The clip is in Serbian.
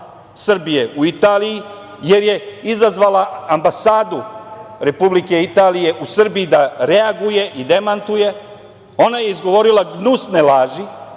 Srbije u Italiji, jer je izazvala Ambasadu Republike Italije u Srbiji da reaguje i demantuje, ona je izgovorila gnusne laži,